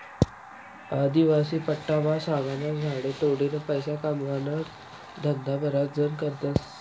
आदिवासी पट्टामा सागना झाडे तोडीन पैसा कमावाना धंदा बराच जण करतस